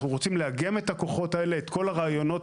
אנחנו רוצים לארגן את הכוחות האלה, את כל הרעיונות